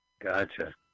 Gotcha